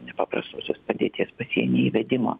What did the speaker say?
nepaprastosios padėties pasienyje įvedimo